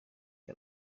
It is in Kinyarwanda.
iyi